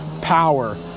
power